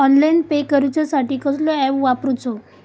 Online pay करूचा साठी कसलो ऍप वापरूचो?